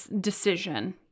Decision